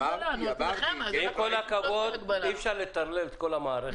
אי אפשר לטרלל את כל המערכת.